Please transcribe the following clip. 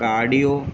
cardio